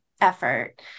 effort